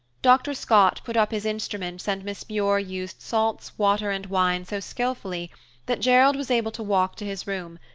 dr. scott put up his instruments and miss muir used salts, water, and wine so skillfully that gerald was able to walk to his room,